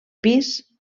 pis